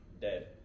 dead